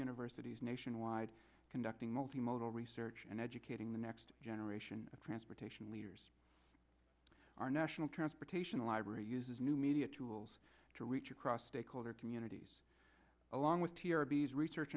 universities nationwide conducting multi modal research and educating the next generation of transportation leaders our national transportation library uses new media tools to reach across stakeholder communities along with tier b s research